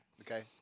Okay